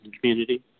community